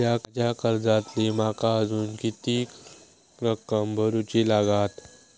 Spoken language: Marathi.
माझ्या कर्जातली माका अजून किती रक्कम भरुची लागात?